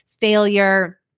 failure